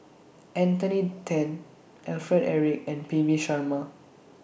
Anthony Then Alfred Eric and P V Sharma